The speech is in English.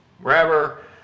wherever